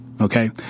Okay